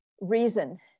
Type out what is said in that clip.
reason